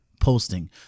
posting